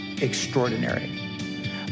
extraordinary